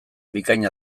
bikain